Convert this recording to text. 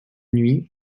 nuit